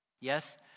Yes